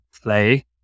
play